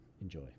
Enjoy